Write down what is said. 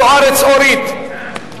זוארץ אורית,